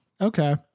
Okay